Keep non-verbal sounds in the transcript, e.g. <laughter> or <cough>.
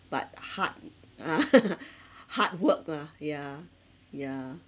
but hard <laughs> hard work lah yeah yeah